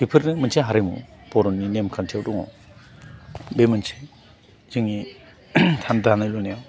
बेफोरनो मोनसे हारिमु बर'नि नेमखान्थियाव दङ बे मोनसे जोंनि दानाय लुनायाव